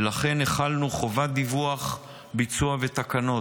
ולכן החלנו חובת דיווח, ביצוע ותקנות.